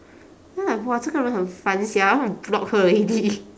then like !wah! 这个人很烦 sia I want to block her already